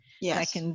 Yes